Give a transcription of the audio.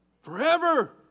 Forever